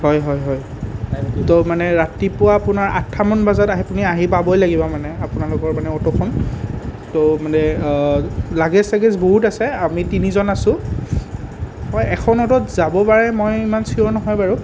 হয় হয় হয় ত' মানে ৰাতিপুৱা আপোনাৰ আঠটা মান বাজাত আপুনি আহি পাবই লাগিব মানে আপোনালোকৰ মানে অটোখন ত' মানে লাগেজ চাগেজ বহুত আছে আমি তিনিজন আছোঁ হয় এখন অটোত যাব পাৰে মই ইমান চিয়ৰ নহয় বাৰু